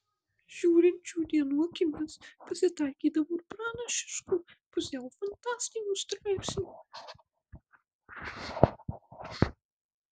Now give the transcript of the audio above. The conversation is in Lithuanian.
žiūrint šių dienų akimis pasitaikydavo ir pranašiškų pusiau fantastinių straipsnių